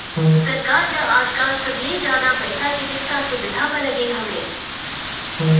सरकार ल आजकाल सबले जादा पइसा चिकित्सा सुबिधा म लगे हवय